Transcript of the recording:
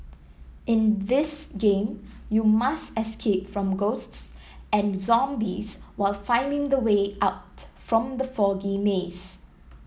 in this game you must escape from ghosts and zombies while finding the way out from the foggy maze